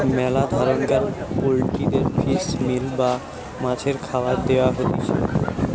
মেলা ধরণকার পোল্ট্রিদের ফিশ মিল বা মাছের খাবার দেয়া হতিছে